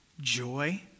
joy